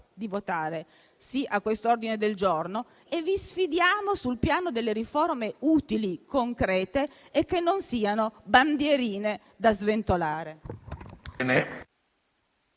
di votare sì a questo ordine del giorno, sfidandovi sul piano delle riforme utili, concrete e che non siano bandierine da sventolare.